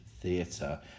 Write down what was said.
Theatre